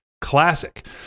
classic